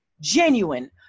genuine